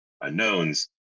unknowns